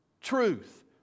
truth